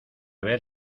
ver